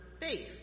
faith